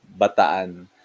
Bataan